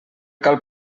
cal